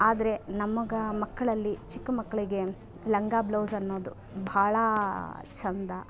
ಆದರೆ ನಮ್ಗೆ ಮಕ್ಕಳಲ್ಲಿ ಚಿಕ್ಕ ಮಕ್ಕಳಿಗೆ ಲಂಗ ಬ್ಲೌಸ್ ಅನ್ನೋದು ಭಾಳ ಚಂದ